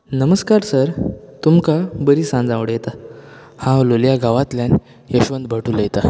नमस्कार सर तुमकां बरी सांज आंवडेता हांव लोंलयां गावांतल्यान यशवंत भट उलयता